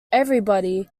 everybody